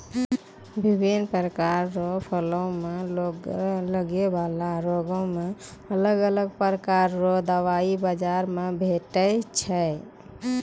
बिभिन्न प्रकार रो फूलो मे लगै बाला रोगो मे अलग अलग प्रकार रो दबाइ बाजार मे भेटै छै